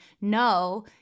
no